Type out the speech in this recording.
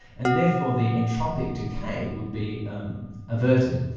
and therefore the entropic decay would be um averted.